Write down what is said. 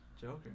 Joker